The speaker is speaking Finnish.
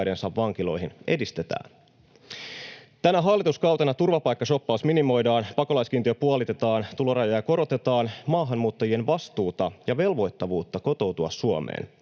vankiloihin edistetään. Tänä hallituskautena turvapaikkashop-paus minimoidaan, pakolaiskiintiö puolitetaan, tulorajoja korotetaan, maahanmuuttajien vastuuta ja velvoittavuutta kotoutua Suomeen